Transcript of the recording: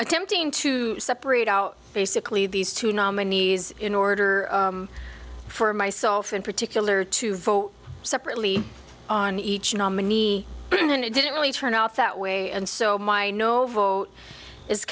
attempting to separate out basically these two nominees in order for myself in particular to vote separately on each nominee and then it didn't really turn out that way and so my no vote i